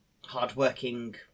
hard-working